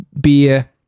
beer